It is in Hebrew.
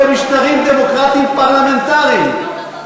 במשטרים דמוקרטיים פרלמנטריים,